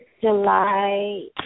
July